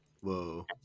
Whoa